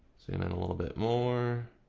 zoom-in a little bit more.